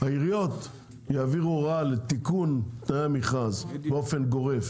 העיריות יעבירו הוראה לתיקון תנאי המכרז באופן גורף